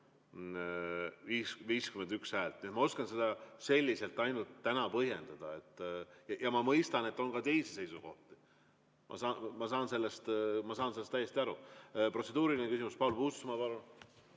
51 häält. Ma oskan seda praegu ainult nii põhjendada, aga ma mõistan, et on ka teisi seisukohti. Ma saan sellest täiesti aru. Protseduuriline küsimus, Paul Puustusmaa, palun!